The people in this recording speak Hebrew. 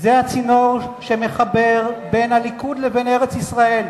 זה הצינור שמחבר בין הליכוד לבין ארץ-ישראל,